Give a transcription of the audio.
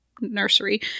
nursery